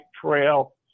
trail